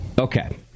okay